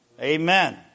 Amen